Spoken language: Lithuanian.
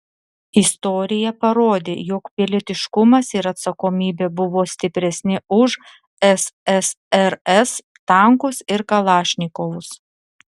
istorija parodė jog pilietiškumas ir atsakomybė buvo stipresni už ssrs tankus ir kalašnikovus